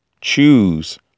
Choose